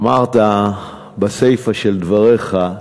אמרת בסיפה של דבריך: